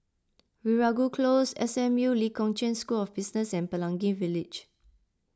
Veeragoo Close S M U Lee Kong Chian School of Business and Pelangi Village